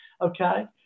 okay